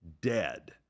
dead